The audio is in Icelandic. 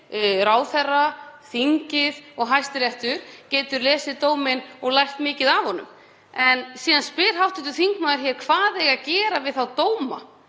ráðherra, þingið og Hæstiréttur, geta lesið dóminn og lært mikið af honum. En síðan spyr hv. þingmaður hvað eigi að gera við þá dóma.